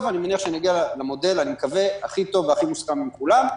אני מניח ומקווה שבסוף נגיע למודל הכי טוב והכי מוסכם עם כולם,